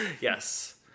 Yes